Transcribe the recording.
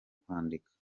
kwandika